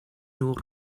nhw